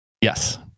Yes